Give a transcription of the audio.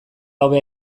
hobea